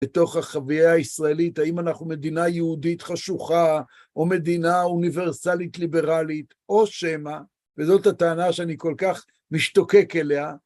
בתוך החוויה הישראלית האם אנחנו מדינה יהודית חשוכה או מדינה אוניברסלית-ליברלית או שמא, וזאת הטענה שאני כל כך משתוקק אליה.